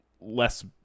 less